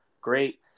great